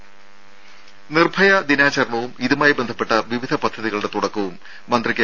രുര നിർഭയ ദിനാചരണവും ഇതുമായി ബന്ധപ്പെട്ട വിവിധ പദ്ധതികളുടെ തുടക്കവും മന്ത്രി കെ